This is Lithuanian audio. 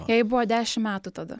jai buvo dešim metų tada